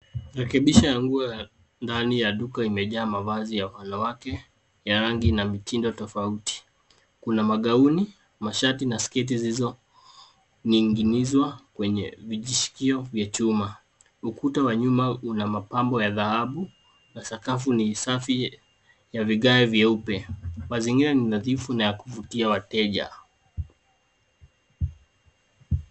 Rekibisha ya nguo ya ndani ya duka imejaa mavazi ya wanawake ya rangi na mitindo tofauti. Kuna magauni, mashati na sketi zizo ninginizwa kwenye vijishikio vya chuma. Ukuta wa nyuma unamapambo ya dhahabu na sakafu ni safi ya vigae vyeupe. Mazingira ni nadhifu na ya kuvutia wateja.